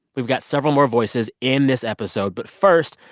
we've got several more voices in this episode. but first,